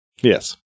Yes